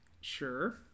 Sure